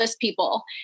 People